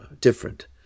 different